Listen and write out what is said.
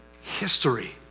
history